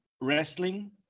wrestling